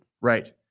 Right